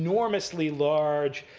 enormously large